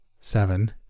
Seven